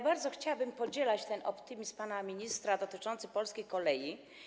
Bardzo chciałabym podzielać ten optymizm pana ministra dotyczący polskiej kolei.